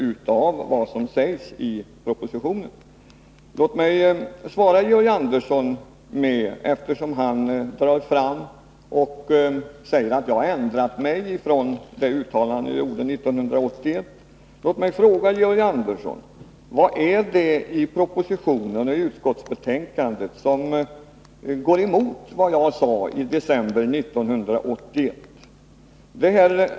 Georg Andersson påstår att jag har ändrat mig i förhållande till mitt uttalande från 1981. Vad är det då, Georg Andersson, i propositionen och utskottsbetänkandet som går emot vad jag sade i december 1981?